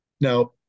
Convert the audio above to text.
Now